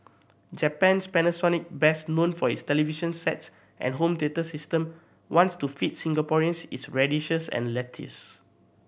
Japan's Panasonic best known for its television sets and home theatre system wants to feed Singaporeans its radishes and lettuce